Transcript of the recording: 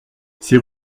ces